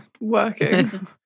working